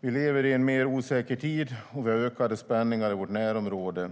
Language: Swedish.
Vi lever i en mer osäker tid, och vi har ökade spänningar i vårt närområde.